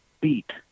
beat